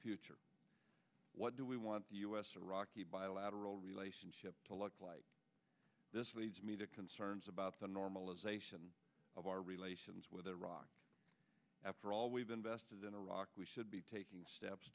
future what do we want the u s or rocky bilateral relationship to look like this leads me to concerns about the normalization of our relations with iraq after all we've invested in iraq we should be taking steps